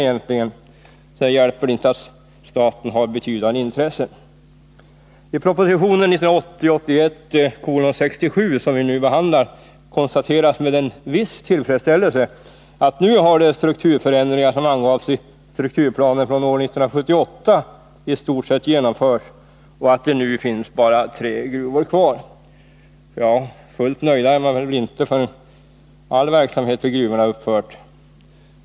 Sedan hjälper det inte att staten har betydande intressen. I proposition 1980/81:67 som vi nu behandlar konstateras med en viss tillfredsställelse att de strukturförändringar som angavs i strukturplanen från år 1978 i stort sett genomförts och att det nu bara finns tre gruvor kvar. Ja, fullt nöjd är man väl inte förrän all verksamhet vid gruvorna upphört.